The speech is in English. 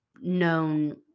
known